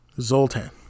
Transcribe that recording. zoltan